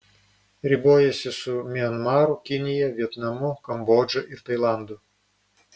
ribojasi su mianmaru kinija vietnamu kambodža ir tailandu